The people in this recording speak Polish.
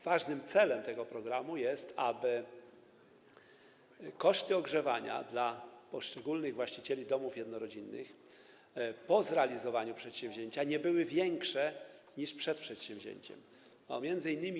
Ważnym celem tego programu jest, aby koszty ogrzewania dla poszczególnych właścicieli domów jednorodzinnych po zrealizowaniu przedsięwzięcia nie były większe niż przed jego zrealizowaniem.